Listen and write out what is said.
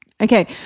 Okay